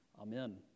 Amen